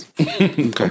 Okay